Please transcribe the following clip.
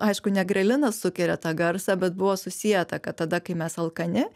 aišku ne grelinas sukelia tą garsą bet buvo susieta kad tada kai mes alkani